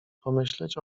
pomyśleć